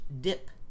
dip